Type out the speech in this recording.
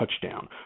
touchdown